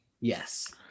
Yes